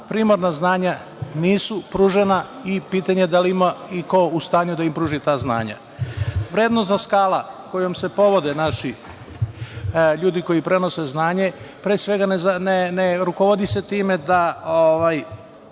primarna znanja nisu pružena i pitanje je da li je neko u stanju da im pruži ta znanja. Vrednosna skala kojom se povode naši ljudi koji prenose znanje, pre svega ne rukovode se time da